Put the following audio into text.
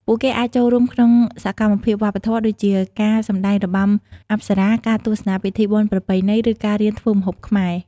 ពួកគេអាចចូលរួមក្នុងសកម្មភាពវប្បធម៌ ដូចជាការសម្តែងរបាំអប្សរា ការទស្សនាពិធីបុណ្យប្រពៃណី ឬការរៀនធ្វើម្ហូបខ្មែរ។